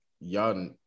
y'all